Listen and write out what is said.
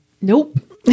Nope